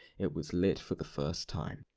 it was lit for the first time.